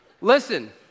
Listen